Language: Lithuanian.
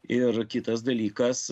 ir kitas dalykas